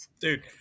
dude